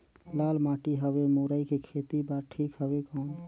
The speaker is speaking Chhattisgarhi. लाल माटी हवे मुरई के खेती बार ठीक हवे कौन?